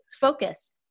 focus